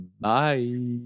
Bye